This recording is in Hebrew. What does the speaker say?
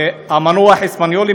המנוח אספניולי